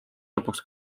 lõpuks